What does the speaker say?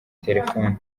telephone